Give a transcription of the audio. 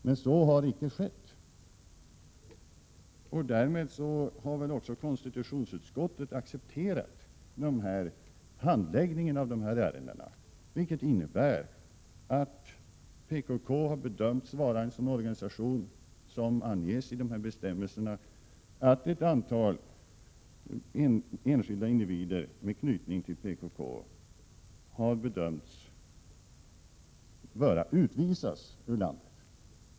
Men så har icke skett. Därmed har väl konstitutionsutskottet också accepterat handläggningen av de här ärendena, vilket innebär att PKK har bedömts vara en sådan organisation som anges i de ifrågavarande bestämmelserna och att ett antal enskilda individer knutna till PKK har bedömts böra utvisas ur landet.